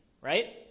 Right